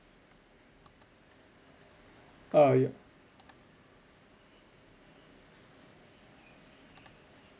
err yup